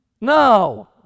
No